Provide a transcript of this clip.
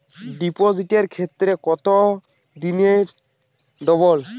ডিপোজিটের ক্ষেত্রে কত দিনে ডবল?